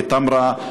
בתמרה,